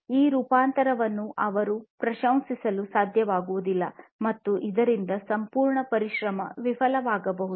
ಈ ರೂಪಾಂತರವನ್ನು ಅವರು ಪ್ರಶಂಸಿಸಲು ಸಾಧ್ಯವಾಗುವುದಿಲ್ಲ ಮತ್ತು ಇದರಿಂದಾಗಿ ಸಂಪೂರ್ಣ ಪರಿಶ್ರಮ ವಿಫಲವಾಗಬಹುದು